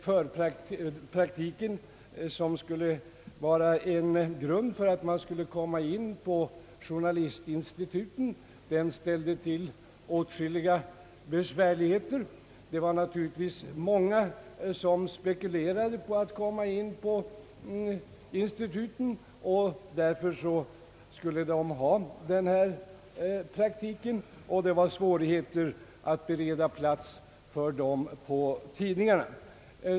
Förpraktiken, som skulle vara en grund för att komma in på journalistinstituten, ställde till åtskilliga besvärligheter. Det var naturligtvis många som spekulerade på att komma in på instituten och som därför ville ha praktik. Det var svårt att på tidningarna bereda plats för alla dessa.